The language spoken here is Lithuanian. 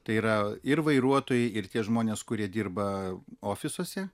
tai yra ir vairuotojai ir tie žmonės kurie dirba ofisuose